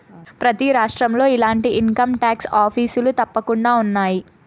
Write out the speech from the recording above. ప్రతి రాష్ట్రంలో ఇలాంటి ఇన్కంటాక్స్ ఆఫీసులు తప్పకుండా ఉన్నాయి